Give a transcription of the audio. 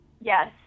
Yes